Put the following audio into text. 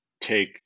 take